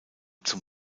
zum